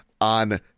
on